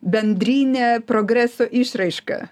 bendrinė progreso išraiška